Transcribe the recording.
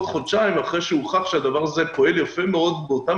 חודשיים אחרי שהוכח שהדבר הזה פועל יפה מאוד באותן